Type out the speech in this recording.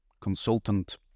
consultant